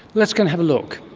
let's go and have a look.